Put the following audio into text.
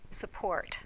support